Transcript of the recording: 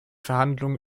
verhandlung